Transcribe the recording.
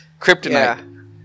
kryptonite